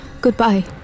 Goodbye